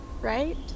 right